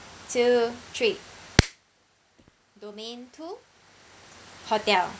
two three domain two hotel